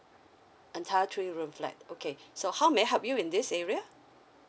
entire three room flat okay so how may I help you in this area